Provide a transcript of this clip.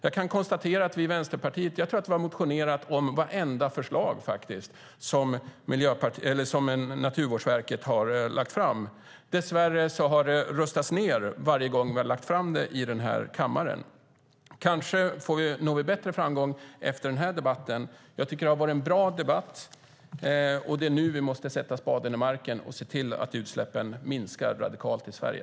Jag tror att vi i Vänsterpartiet har motionerat om vartenda förslag som Naturvårdsverket har lagt fram. Dess värre har det röstats ned varje gång vi har lagt fram det i den här kammaren. Kanske når vi bättre framgång efter den här debatten. Jag tycker att det har varit en bra debatt, och det är nu vi måste sätta spaden i marken och se till att utsläppen minskar radikalt i Sverige.